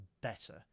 better